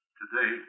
today